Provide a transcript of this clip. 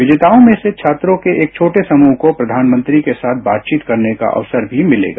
विजेताओं में से एक छोटे समूह को प्रधानमंत्री के साथ बातचीत करने का अवसर भी मिलेगा